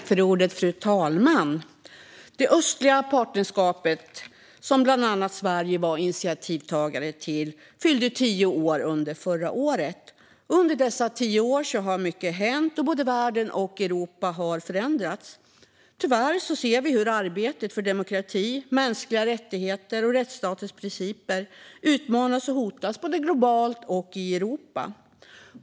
Fru talman! Det östliga partnerskapet, som bland annat Sverige var initiativtagare till, fyllde tio år under förra året. Under dessa tio år har mycket hänt, och både världen och Europa har förändrats. Tyvärr ser vi hur arbetet för demokrati, mänskliga rättigheter och rättsstatens principer utmanas och hotas både globalt och i Europa.